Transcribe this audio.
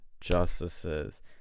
justices